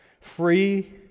Free